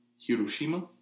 Hiroshima